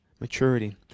maturity